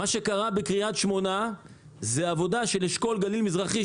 מה שקרה בקריית שמונה זה עבודה של אשכול גליל מזרחי,